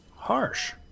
Harsh